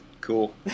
cool